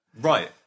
Right